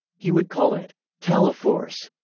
he would call it teleforce,